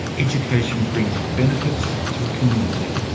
education brings benefits to a community.